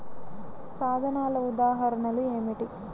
సాధనాల ఉదాహరణలు ఏమిటీ?